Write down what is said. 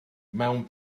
mewn